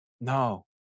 no